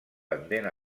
pendent